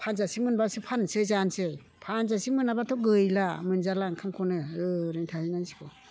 फानजासे मोनब्लासो फानसै जानसै फानजासे मोनाब्लाथ' गैला मोनजाला ओंखामखौनो ओरैनो थाहै नांसिगौ